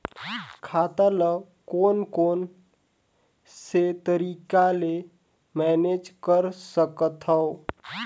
खाता ल कौन कौन से तरीका ले मैनेज कर सकथव?